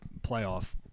playoff